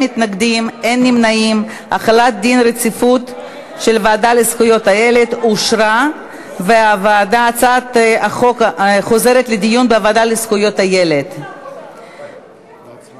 רצונה להחיל דין רציפות על הצעת חוק זכויות החולה (תיקון מס' 9) (הסכמה